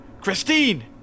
Christine